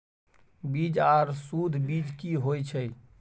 बीज आर सुध बीज की होय छै?